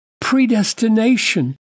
predestination